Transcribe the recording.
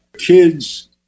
kids